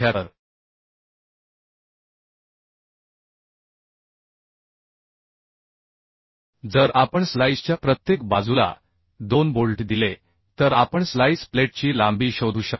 तर जर आपण स्लाईसच्या प्रत्येक बाजूला 2 बोल्ट दिले तर आपण स्लाईस प्लेटची लांबी शोधू शकतो